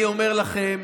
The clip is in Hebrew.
אני אומר לכם,